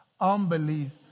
unbelief